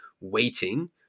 waiting